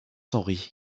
henri